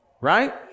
right